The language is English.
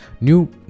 new